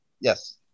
Yes